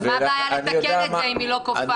אז מה הבעיה לתקן את זה, אם היא לא כופה?